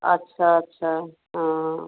अच्छा अच्छा हाँ